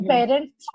Parents